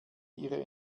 ihre